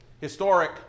historic